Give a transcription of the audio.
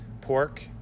pork